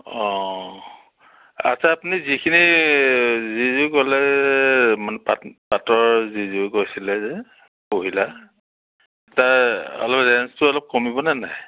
অঁ আচ্ছা আপুনি যিখিনি যিযোৰ ক'লে মানে পাটৰ যিযোৰ কৈছিলে যে পহিলা তাৰ অলপ ৰেইঞ্জটো অলপ কমিবনে নাই